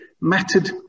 mattered